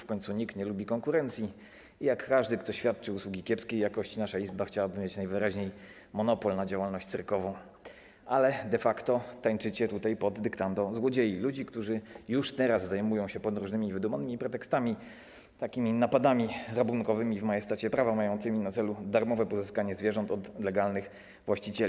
W końcu nikt nie lubi konkurencji i jak każdy, kto świadczy usługi kiepskiej jakości, nasza Izba chciałaby najwyraźniej mieć monopol na działalność cyrkową, ale de facto tańczycie tutaj pod dyktando złodziei, ludzi, którzy już teraz zajmują się pod różnymi wydumanymi pretekstami takimi napadami rabunkowymi w majestacie prawa mającymi na celu darmowe pozyskanie zwierząt od legalnych właścicieli.